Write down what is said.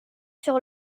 sur